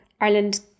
Ireland